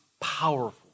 powerful